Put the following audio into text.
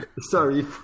sorry